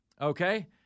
okay